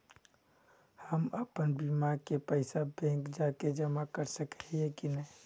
हम अपन बीमा के पैसा बैंक जाके जमा कर सके है नय?